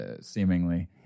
seemingly